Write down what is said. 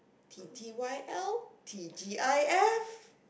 P T Y L T_G_I_F